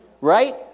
right